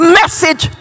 message